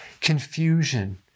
Confusion